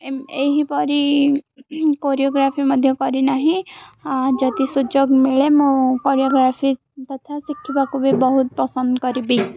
M ଏହିପରି choreography ମଧ୍ୟ କରିନାହିଁ ଯଦି ସୁଯୋଗ ମିଳେ ମୁଁ କୋରିଓଗ୍ରାଫି ତଥା ଶିଖିବାକୁ ବି ବହୁତ ପସନ୍ଦ କରିବି